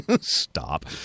Stop